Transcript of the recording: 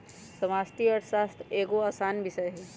समष्टि अर्थशास्त्र एगो असान विषय हइ